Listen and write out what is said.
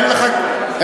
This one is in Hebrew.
אין לך כלים.